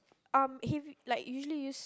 um heavy like usually use